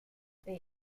they